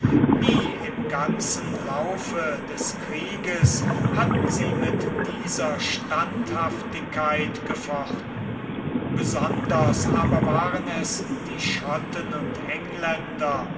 nie im ganzen laufe des krieges hatten sie mit dieser standhaftigkeit gefochten besonders aber waren es die schotten und engländer